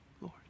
Lord